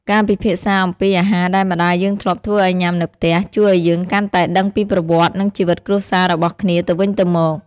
ការពិភាក្សាអំពីអាហារដែលម្ដាយយើងធ្លាប់ធ្វើឱ្យញ៉ាំនៅផ្ទះ ជួយឱ្យយើងកាន់តែដឹងពីប្រវត្តិ និងជីវិតគ្រួសាររបស់គ្នាទៅវិញទៅមក។